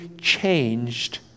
changed